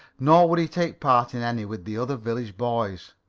nor would he take part in any with the other village boys.